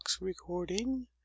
recording